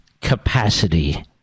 capacity